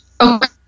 Okay